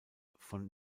von